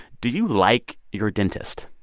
do you like your dentist?